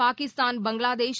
Pakistan Bangladesh